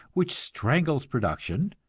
which strangles production,